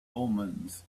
omens